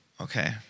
Okay